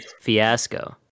fiasco